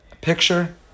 picture